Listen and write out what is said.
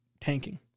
tanking